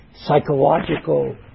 psychological